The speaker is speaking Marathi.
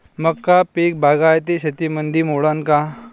मका पीक बागायती शेतीमंदी मोडीन का?